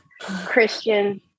christian